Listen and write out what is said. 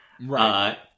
Right